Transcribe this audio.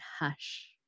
hush